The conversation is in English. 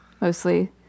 mostly